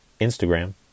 Instagram